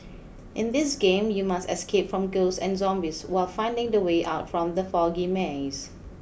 in this game you must escape from ghosts and zombies while finding the way out from the foggy maze